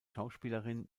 schauspielerin